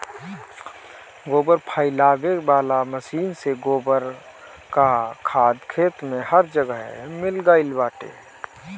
गोबर फइलावे वाला मशीन से गोबर कअ खाद खेत में हर जगह मिल गइल बाटे